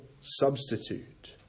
substitute